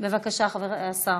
בבקשה, השר.